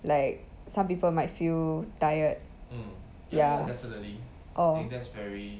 like some people might feel tired ya oh